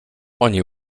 oni